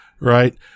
Right